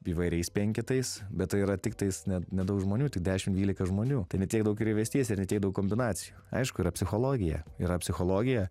įvairiais penketais bet tai yra tiktais ne nedaug žmonių tai dešimt dvylika žmonių tai ne tiek daug ir įvesties ir tiek daug kombinacijų aišku yra psichologija yra psichologija